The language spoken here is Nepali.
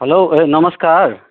हेलो ए नमस्कार